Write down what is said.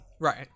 Right